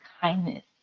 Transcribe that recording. kindness